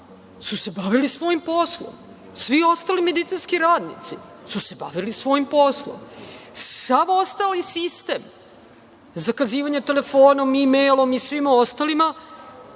su se bavili svojim poslom. Svi ostali medicinski radnici su se bavili svojim poslom. Sav ostali sistem, zakazivanje telefonom, mejlom i svim ostalim